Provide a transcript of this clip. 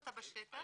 אותה בשטח.